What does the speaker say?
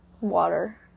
water